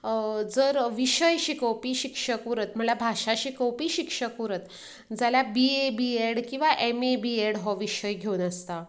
जर विशय शिकोवपी शिक्षक उरत म्हणल्यार भाशा शिकोवपी शिक्षक उरत जाल्यार बी ए बीएड किंवां एम ए बीएड हो विशय घेवन आसता